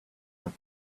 but